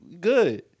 good